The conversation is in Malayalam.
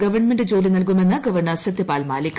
ഗവൺമെന്റ് ജോലി നൽകുമെന്ന് ഗവർണർ സത്യപാൽ മാലിക്